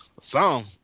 Song